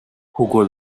jugó